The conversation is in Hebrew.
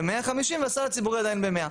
ב-150 והסל הציבורי עדיין ב-100.